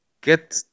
get